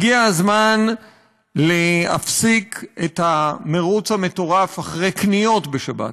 הגיע הזמן להפסיק את המרוץ המטורף אחרי קניות בשבת.